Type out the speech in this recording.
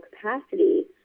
capacity